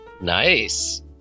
Nice